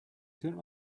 ترم